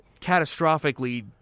catastrophically